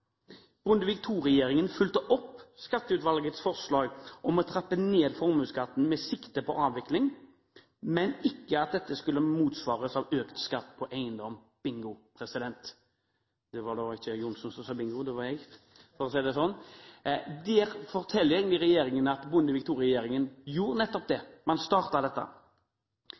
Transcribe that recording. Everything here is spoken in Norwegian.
fulgte opp Skatteutvalgets forslag om å trappe ned formuesskatten med sikte på avvikling, men ikke at dette skulle motsvares av økt skatt på eiendom.» Bingo! Det var da ikke Johnsen som sa bingo – det var jeg. Der forteller egentlig regjeringen at Bondevik II-regjeringen gjorde nettopp det, man startet dette.